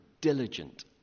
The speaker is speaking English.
diligent